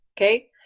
okay